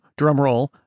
drumroll